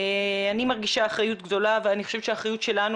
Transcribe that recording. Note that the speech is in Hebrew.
אני מרגישה אחריות גדולה ואני חושבת שהאחריות שלנו